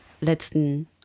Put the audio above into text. letzten